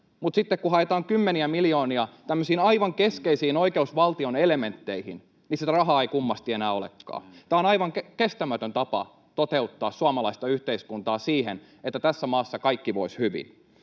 Mutta sitten, kun haetaan kymmeniä miljoonia tämmöisiin aivan keskeisiin oikeusvaltion elementteihin, sitä rahaa ei kummasti enää olekaan. Tämä on aivan kestämätön tapa toteuttaa suomalaista yhteiskuntaa niin, että tässä maassa kaikki voisivat hyvin.